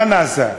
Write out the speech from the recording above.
מה נעשה פה?